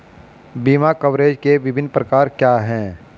बीमा कवरेज के विभिन्न प्रकार क्या हैं?